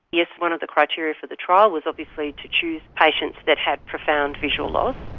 yes. one of the criteria for the trial was obviously to choose patients that had profound visual loss,